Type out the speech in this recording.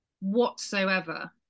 whatsoever